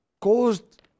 caused